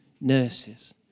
nurses